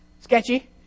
sketchy